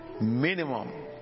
Minimum